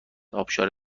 ابشار